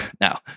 Now